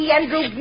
Andrew